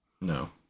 No